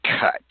cut